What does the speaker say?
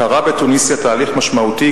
קרה בתוניסיה תהליך משמעותי,